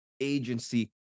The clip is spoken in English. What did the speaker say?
agency